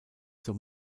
zur